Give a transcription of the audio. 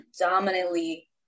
predominantly